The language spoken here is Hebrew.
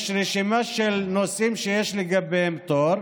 יש רשימה של נושאים שיש לגביהם פטור.